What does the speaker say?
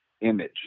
image